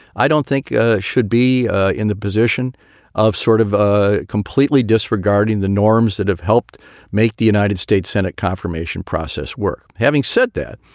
i don't think should be in the position of sort of ah completely disregarding the norms that have helped make the united states senate confirmation process work. having said that,